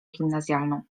gimnazjalną